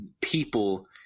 people